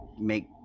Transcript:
make